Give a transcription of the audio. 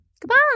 Goodbye